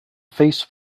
face